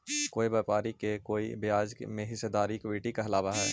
कोई व्यापारी के कोई ब्याज में हिस्सेदारी इक्विटी कहलाव हई